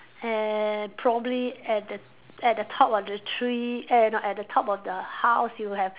and probably at the at the top of the tree eh no at the top of the house you have